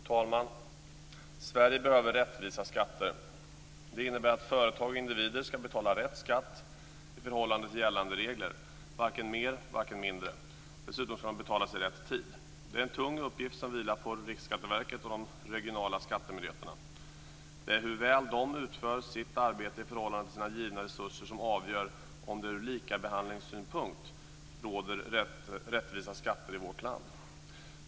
Fru talman! Sverige behöver rättvisa skatter. Det innebär att företag och individer ska betala rätt skatt i förhållande till gällande regler, varken mer eller mindre. Dessutom ska de betalas i rätt tid. Det är en tung uppgift som vilar på Riksskatteverket och de regionala skattemyndigheterna. Det är hur väl de utför sitt arbete i förhållande till sina givna resurser som avgör om det ur likabehandlingssynpunkt råder skatterättvisa i vårt land.